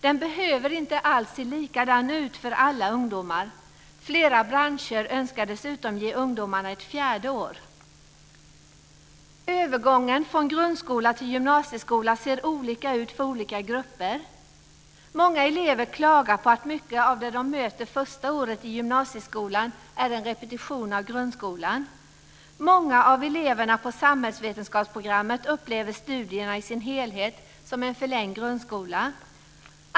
Den behöver inte alls se likadan ut för alla ungdomar. Flera branscher önskar dessutom ge ungdomarna ett fjärde år. Övergången från grundskola till gymnasieskola ser olika ut för olika grupper. Många elever klagar på att mycket av det som de möter första året i gymnasieskolan är en repetition av grundskolan. Många av eleverna på samhällsvetenskapsprogrammet upplever studierna i sin helhet som en förlängd grundskola.